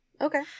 Okay